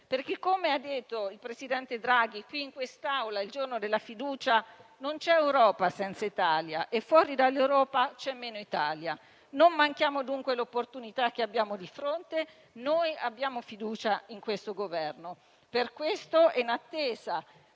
perché, come ha detto il presidente Draghi in quest'Aula il giorno della fiducia, non c'è Europa senza Italia e fuori dall'Europa c'è meno Italia. Non manchiamo dunque l'opportunità che abbiamo di fronte. Abbiamo fiducia in questo Governo, quindi in attesa